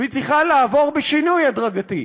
והיא צריכה לעבור בשינוי הדרגתי.